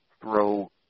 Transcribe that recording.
throw